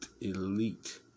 elite